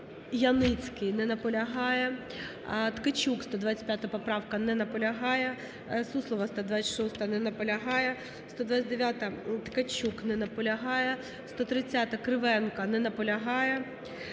Яніцький. Не наполягає. Ткачук, 125 поправка. Не наполягає. Суслова, 126-а. Не наполягає. 129-а, Ткачук. Не наполягає. 130-а, Кривенка. Не наполягає.